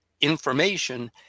information